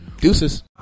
Deuces